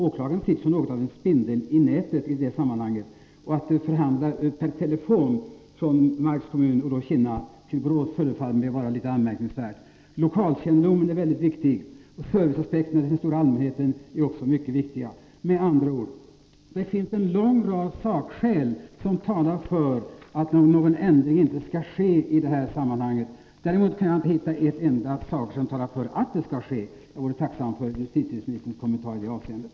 Åklagaren sitter som en spindel i nätet i det sammanhanget. Att förhandla per telefon mellan Kinna i Marks kommun och Borås förefaller mig vara litet anmärkningsvärt. Lokalkännedom är mycket viktig. Serviceaspekten är för den stora allmänheten också mycket viktig. Med andra ord: Det finns en lång rad sakskäl som talar för att någon ändring inte skall ske i det här sammanhanget. Däremot kan jag inte hitta ett enda sakskäl som talar för att en ändring skall ske. Jag vore tacksam för justitieministerns kommentarer i det avseendet.